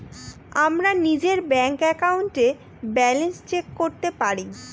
আমরা নিজের ব্যাঙ্ক একাউন্টে ব্যালান্স চেক করতে পারি